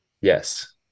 Yes